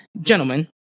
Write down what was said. gentlemen